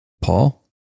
paul